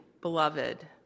beloved